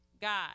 God